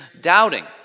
doubting